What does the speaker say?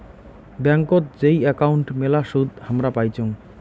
ব্যাংকোত যেই একাউন্ট মেলা সুদ হামরা পাইচুঙ